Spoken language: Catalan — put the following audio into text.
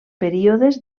períodes